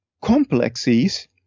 complexes